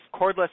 cordless